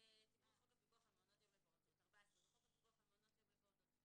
חוק הפיקוח על מעונות יום לפעוטות 14. בחוק הפיקוח על מעונות יום לפעוטות,